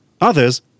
others